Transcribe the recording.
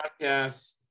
podcast